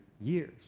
years